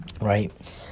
right